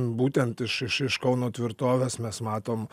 būtent iš iš iš kauno tvirtovės mes matom